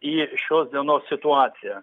į šios dienos situaciją